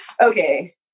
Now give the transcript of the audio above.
okay